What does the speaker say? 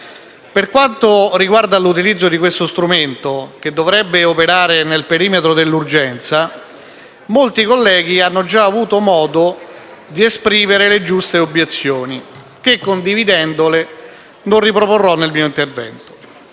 Per quanto riguarda l'utilizzo di questo strumento, che dovrebbe operare nel perimetro dell'urgenza, molti colleghi hanno già avuto modo di esprimere le giuste obiezioni che, condividendole, non riproporrò nel mio intervento.